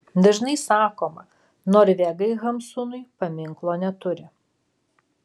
dažnai sakoma norvegai hamsunui paminklo neturi